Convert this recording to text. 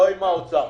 לא עם שר האוצר.